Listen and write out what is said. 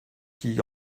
qui